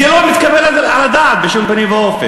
זה לא מתקבל על הדעת, בשום פנים ואופן.